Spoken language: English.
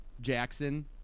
Jackson